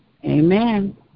Amen